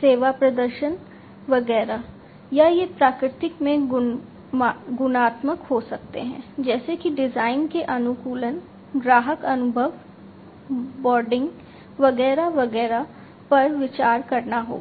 सेवा प्रदर्शन वगैरह या ये प्रकृति में गुणात्मक हो सकते हैं जैसे कि डिजाइन के अनुकूलन ग्राहक अनुभव ब्रांडिंग वगैरह वगैरह पर विचार करना होगा